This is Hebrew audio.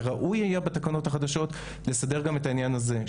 וראוי היה בתקנות החדשות לסדר גם את העניין הזה.